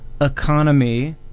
economy